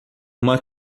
uma